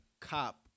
cop